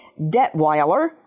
Detweiler